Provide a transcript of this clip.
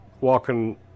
walking